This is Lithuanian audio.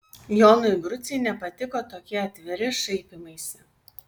jonui grucei nepatiko tokie atviri šaipymaisi